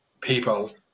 people